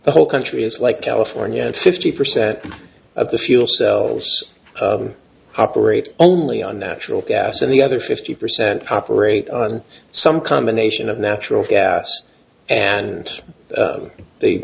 the whole country is like california fifty percent of the fuel cells operate only on natural gas and the other fifty percent operate on some combination of natural gas and they